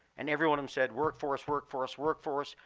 and everyone of them said, workforce, workforce, workforce.